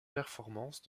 performance